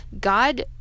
God